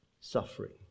suffering